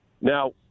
Now